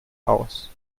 aus